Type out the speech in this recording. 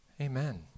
Amen